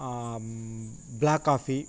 black coffee